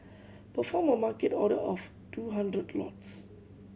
perform a Market order of two hundred lots